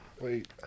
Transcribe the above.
Wait